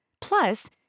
Plus